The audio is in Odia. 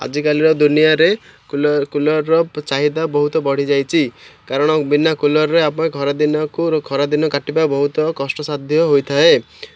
ଆଜିକାଲିର ଦୁନିଆରେ କୁଲର୍ କୁଲର୍ର ଚାହିଦା ବହୁତ ବଢ଼ିଯାଇଛି କାରଣ ବିନା କୁଲର୍ରେ ଆପଣ ଖରା ଦିନକୁ ଖରା ଦିନ କାଟିବା ବହୁତ କଷ୍ଟ ସାାଧ୍ୟ ହୋଇଥାଏ